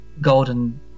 golden